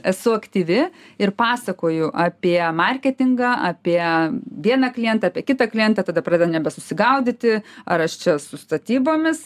esu aktyvi ir pasakoju apie marketingą apie vieną klientą apie kitą klientą tada pradeda nebesusigaudyti ar aš čia su statybomis